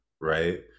right